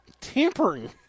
tampering